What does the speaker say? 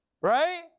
right